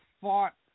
fought